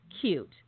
cute